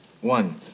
One